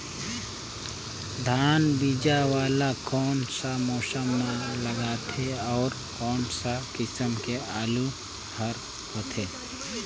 धान बीजा वाला कोन सा मौसम म लगथे अउ कोन सा किसम के आलू हर होथे?